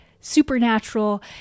supernatural